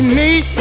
need